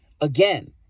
Again